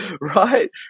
right